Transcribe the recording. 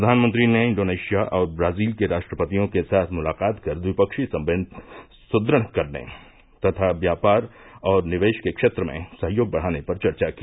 प्रधानमंत्री ने इंडोनेशिया और ब्राजील के राष्ट्रपतियों के साथ मुलाकात कर द्विपक्षीय संबंध सुदृढ़ करने तथा व्यापार और निवेश के क्षेत्र में सहयोग बढ़ाने पर चर्चा की